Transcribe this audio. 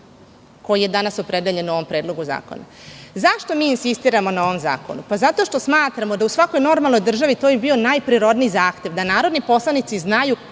koji je danas opredeljen u ovom predlogu zakona. Zašto mi insistiramo na ovom zakonu? Zato što smatramo da u svakoj normalnoj državi to bi bio najprirodniji zahtev, da narodni poslanici znaju